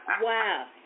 Wow